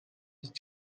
ist